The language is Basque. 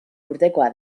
urtekoa